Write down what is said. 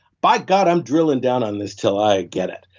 by god i'm drilling down on this until i get it.